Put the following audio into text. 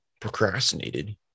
procrastinated